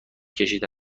کشیده